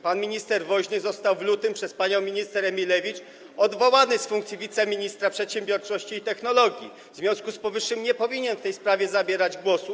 Pan minister Woźny został w lutym przez panią minister Emilewicz odwołany z funkcji wiceministra przedsiębiorczości i technologii, w związku z powyższym nie powinien w tej sprawie zabierać głosu.